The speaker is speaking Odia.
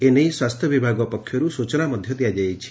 ଏ ନେଇ ସ୍ୱାସ୍ଥ୍ୟ ବିଭାଗ ପକ୍ଷରୁ ସୂଚନା ଦିଆଯାଇଛି